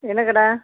என்ன கடை